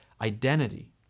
identity